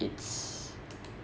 it's